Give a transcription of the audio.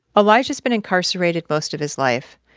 elijah's been incarcerated most of his life.